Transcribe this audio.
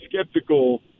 skeptical